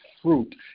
Fruit